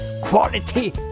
quality